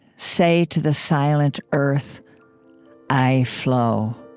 say to the silent earth i flow.